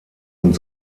und